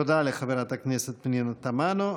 תודה לחברת הכנסת פנינה תמנו.